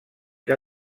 que